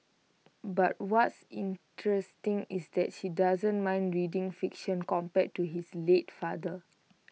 but what's interesting is that she doesn't mind reading fiction compared to his late father